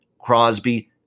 Crosby